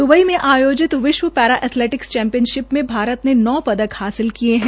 Dubai में आयोजित विश्व पैरा एथलेटिक्स चैम्पियनशिप में भारत ने नौ पदक हासिल किये है